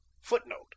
footnote